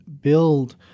build